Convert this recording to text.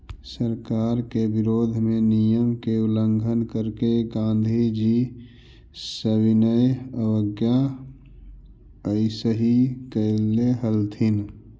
सरकार के विरोध में नियम के उल्लंघन करके गांधीजी सविनय अवज्ञा अइसही कैले हलथिन